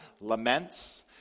laments